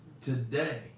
Today